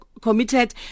committed